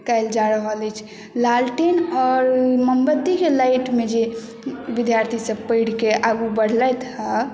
कय ल जा रहल अछि लालटेन आओर मोमबत्तीके लाइटमे जे विद्यार्थीसभ पढ़िके आगू बढ़लथि हेँ